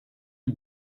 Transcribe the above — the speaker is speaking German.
die